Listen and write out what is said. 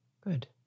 good